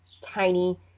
tiny